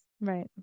Right